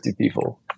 people